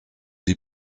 die